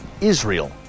Israel